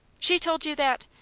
she told you that?